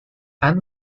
ann